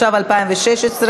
התשע"ו 2016,